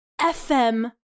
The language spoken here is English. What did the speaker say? FM